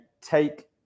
take